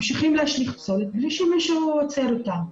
ממשיכים להשליך פסולת בלי שמישהו עוצר אותם.